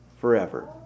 forever